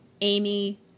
Amy